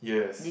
yes